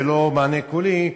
ולא מענה קולי,